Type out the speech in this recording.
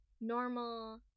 normal